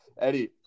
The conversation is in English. Eddie